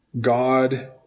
God